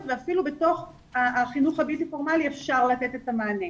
ואפילו בתוך החינוך הבלתי פורמלי אפשר לתת את המענה.